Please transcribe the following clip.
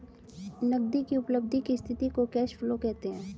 नगदी की उपलब्धि की स्थिति को कैश फ्लो कहते हैं